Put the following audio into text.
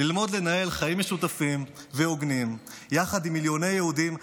ללמוד לנהל חיים משותפים והוגנים יחד עם מיליוני יהודים כאן,